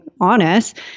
honest